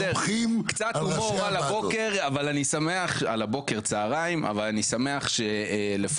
קצת הומור על הבוקר-צוהריים אבל אני שמח שלפחות